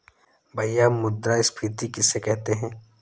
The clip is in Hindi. भैया मुद्रा स्फ़ीति किसे कहते हैं?